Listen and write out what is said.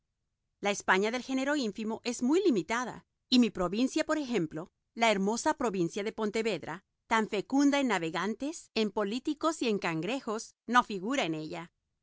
la españa del género ínfimo es muy limitada y mi provincia por ejemplo la hermosa provincia de pontevedra tan fecunda en navegantes en políticos y en cangrejos no figura en ella